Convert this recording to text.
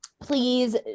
please